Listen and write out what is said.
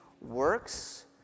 works